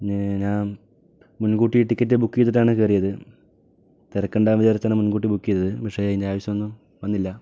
ഞാൻ മുൻകൂട്ടി ticket book ചെയ്തിട്ടാണ് കയറിയത് തിരക്കുണ്ടാകുമെന്ന് വിചാരിച്ചാണ് മുൻകൂട്ടി ബുക്ക് ചെയ്തത് പക്ഷെ അതിൻ്റെ ആവശ്യമൊന്നും വന്നില്ല